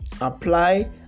Apply